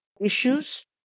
issues